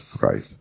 right